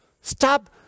Stop